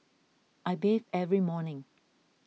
I bathe every morning